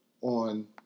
on